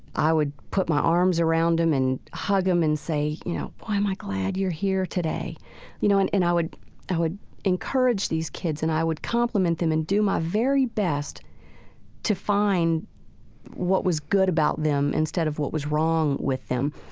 i would put my arms around them and hug them and say, you know, boy, am i glad you're here today you know? and and i would i would encourage these kids and i would compliment them and do my very best to find what was good about them instead of what was wrong with them.